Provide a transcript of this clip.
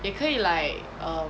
也可以 like err